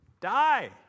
die